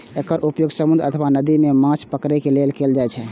एकर उपयोग समुद्र अथवा नदी मे माछ पकड़ै लेल कैल जाइ छै